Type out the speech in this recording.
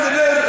אפשר לדבר.